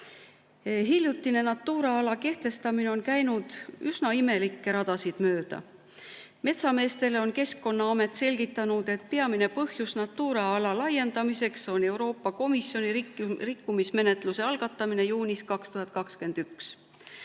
tahab. Hiljutine Natura ala kehtestamine on käinud üsna imelikke radasid mööda. Metsameestele on Keskkonnaamet selgitanud, et peamine põhjus Natura ala laiendamiseks on Euroopa Komisjoni rikkumismenetluse algatamine juunis 2021.